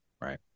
Right